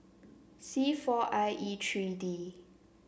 C four I E three D